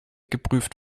geprüft